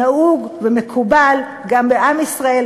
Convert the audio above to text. נהוג ומקובל גם בעם ישראל,